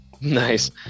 Nice